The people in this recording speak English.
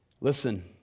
Listen